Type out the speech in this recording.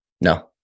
No